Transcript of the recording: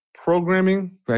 programming